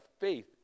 faith